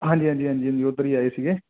ਹਾਂਜੀ ਹਾਂਜੀ ਉਧਰ ਹੀ ਆਏ ਸੀਗੇ